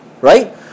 right